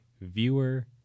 viewer